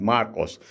Marcos